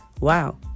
Wow